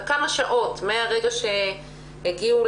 כמה השעות מהרגע שהגיעו